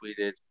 tweeted